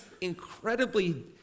incredibly